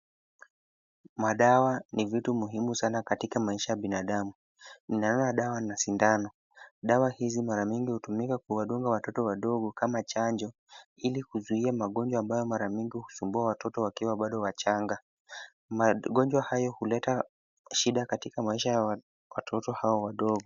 Madawa ni vitu muhimu sana katika maisha ya binadamu. Ninaona dawa na sindano. Dawa hizi mara mingi hutumika kuwadunga watoto wadogo kama chanjo ili kuzuia magonjwa ambayo mara mingi husumbua watoto wakiwa bado wachanga. Magonjwa hayo huleta shida katika maisha ya watoto hao wadogo.